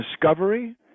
discovery